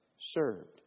served